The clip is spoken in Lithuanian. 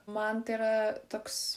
man tai yra toks